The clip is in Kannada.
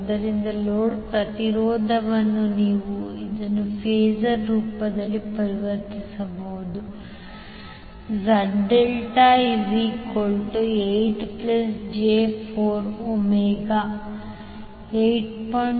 ಆದ್ದರಿಂದ ಲೋಡ್ ಪ್ರತಿರೋಧವನ್ನು ನೀವು ಇದನ್ನು ಫಾಸರ್ ರೂಪದಲ್ಲಿ ಪರಿವರ್ತಿಸಬಹುದು Z∆8j48